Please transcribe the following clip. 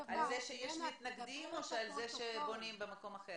משרד החוץ אמר שיש נכונות של האמריקאים לנהל משא ומתן מול משרד הקליטה.